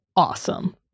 awesome